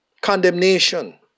condemnation